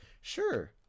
sure